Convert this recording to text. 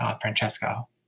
Francesco